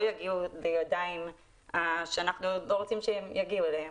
יגיעו לידיים שאנחנו לא רוצים שיגיעו אליהם.